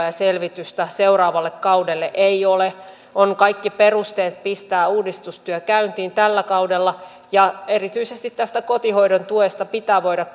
ja selvitystä seuraavalle kaudelle ei ole on kaikki perusteet pistää uudistustyö käyntiin tällä kaudella ja erityisesti tästä kotihoidon tuesta pitää voida